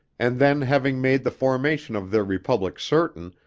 and then having made the formation of their republic certain,